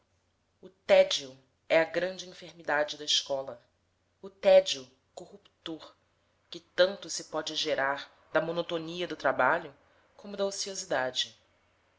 o tédio é a grande enfermidade da escola o tédio corruptor que tanto se pode gerar da monotonia do trabalho como da ociosidade